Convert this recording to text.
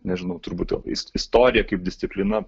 nežinau turbūt is istorija kaip disciplina